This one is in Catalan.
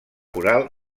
coral